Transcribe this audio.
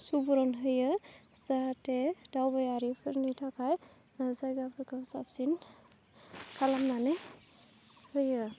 सुबुरुन होयो जाहाथे दावबायारिफोरनि थाखाय जायगाफोरखौ साबसिन खालामनानै होयो